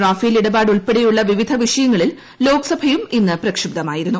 Rafale ഇടപാട് ഉൾപ്പെടെയുള്ള വിവിധ വിഷയങ്ങളിൽ ലോക്സഭയും ഇന്ന് പ്രക്ഷുബ്ദമായിരുന്നു